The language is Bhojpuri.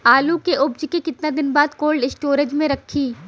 आलू के उपज के कितना दिन बाद कोल्ड स्टोरेज मे रखी?